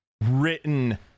written